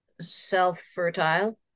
self-fertile